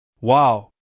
Wow